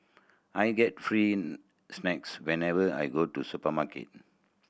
I get free snacks whenever I go to supermarket